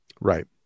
Right